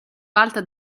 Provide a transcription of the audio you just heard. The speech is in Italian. alta